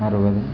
അറുപത്